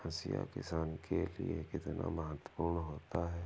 हाशिया किसान के लिए कितना महत्वपूर्ण होता है?